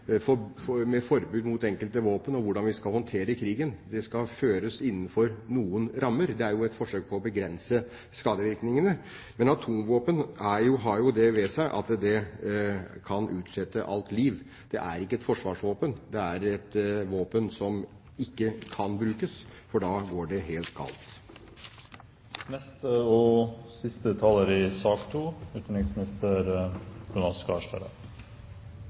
med forbud mot enkelte våpen og hvordan vi skal håndtere krigen. Den skal føres innenfor noen rammer, det er jo et forsøk på å begrense skadevirkningene. Men atomvåpen har jo det ved seg at de kan utslette alt liv. Det er ikke et forsvarsvåpen. Det er et våpen som ikke kan brukes, for da går det helt galt. Jeg vil takke representanten Hansen og